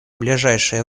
ближайшее